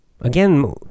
again